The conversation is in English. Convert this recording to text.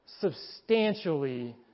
substantially